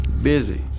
Busy